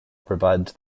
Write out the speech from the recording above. provides